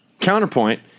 counterpoint